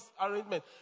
arrangement